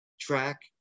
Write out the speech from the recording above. track